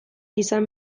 izan